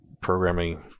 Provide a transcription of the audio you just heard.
programming